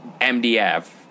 mdf